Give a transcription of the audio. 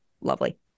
lovely